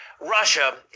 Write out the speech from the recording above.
Russia